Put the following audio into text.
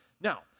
now